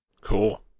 cool